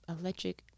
electric